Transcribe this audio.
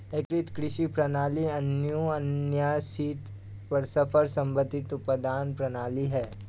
एकीकृत कृषि प्रणाली एक अन्योन्याश्रित, परस्पर संबंधित उत्पादन प्रणाली है